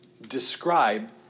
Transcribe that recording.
describe